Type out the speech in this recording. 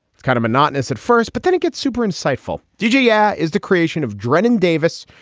it's kind of monotonous at first, but then it gets super insightful. did you. yeah. is the creation of drennen davis,